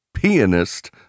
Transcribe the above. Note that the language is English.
Pianist